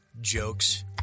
jokes